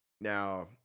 Now